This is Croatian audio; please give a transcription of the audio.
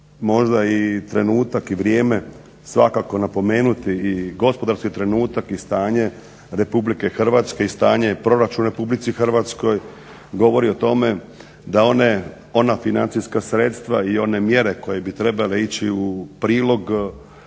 možda i trenutak i vrijeme svakako napomenuti i gospodarski trenutak i stanje Republike Hrvatske i stanje i proračun Republici Hrvatskoj govori o tome da ona financijska sredstva i one mjere koje bi trebale ići u prilog